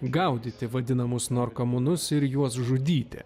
gaudyti vadinamus narkomanus ir juos žudyti